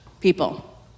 people